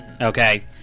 Okay